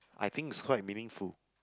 I think is quite meaningful